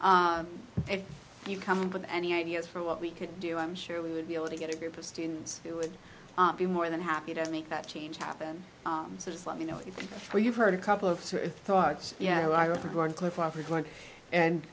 if you come up with any ideas for what we could do i'm sure we would be able to get a group of students who would be more than happy to make that change happen so just let me know if you've heard a couple of thoughts yeah